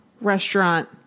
restaurant